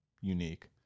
unique